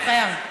הוא חייב.